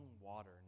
water